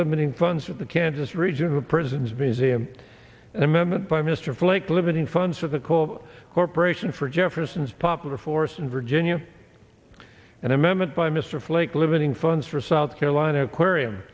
limiting funds for the kansas regional prisons museum and amendment by mr flake limiting funds for the call corporation for jefferson's popular force in virginia an amendment by mr flake living funds for south carolina aquarium